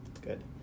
good